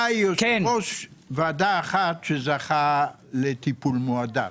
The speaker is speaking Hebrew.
היה יושב-ראש אחד שזכה לטיפול מועדף,